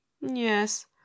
Yes